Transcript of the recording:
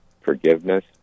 forgiveness